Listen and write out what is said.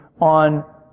on